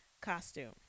costume